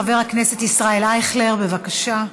חבר הכנסת ישראל אייכלר, בבקשה.